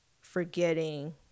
forgetting